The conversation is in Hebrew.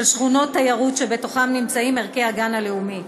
שכונת תיירות שבתוכה נמצאים ערכי הגן הלאומי.